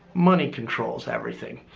money controls everything.